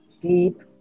deep